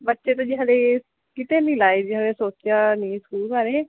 ਬੱਚੇ ਤਾਂ ਜੀ ਹਾਲੇ ਕਿਤੇ ਨਹੀਂ ਲਾਏ ਜੀ ਹਾਲੇ ਸੋਚਿਆ ਨਹੀਂ ਸਕੂਲ ਬਾਰੇ